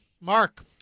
Mark